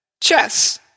chess